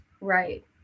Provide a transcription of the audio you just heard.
Right